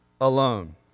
alone